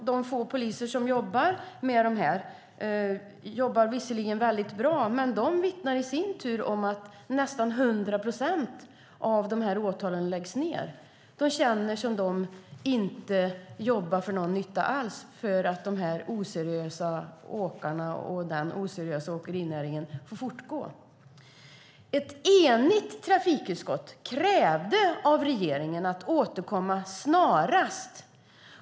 De få poliser som jobbar med detta jobbar visserligen väldigt bra, men de vittnar i sin tur om att nästan 100 procent av åtalen läggs ned. De känner det som att de jobbar utan att göra någon nytta alls, eftersom de oseriösa åkarna finns kvar och den oseriösa åkerinäringen får fortsätta att verka. Ett enigt trafikutskott krävde att regeringen skulle återkomma snarast.